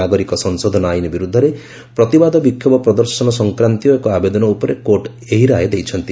ନାଗରିକ ସଂଶୋଧନ ଆଇନ୍ ବିରୁଦ୍ଧରେ ପ୍ରତିବାଦ ବିକ୍ଷୋଭ ପ୍ରଦର୍ଶନ ସଂକ୍ରାନ୍ତୀୟ ଏକ ଆବେଦନ ଭପରେ କୋର୍ଟ ଏହି ରାୟ ଦେଇଛନ୍ତି